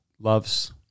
loves